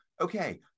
okay